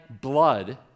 blood